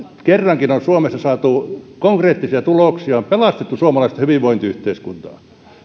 kerrankin on suomessa saatu konkreettisia tuloksia on pelastettu suomalaista hyvinvointiyhteiskuntaa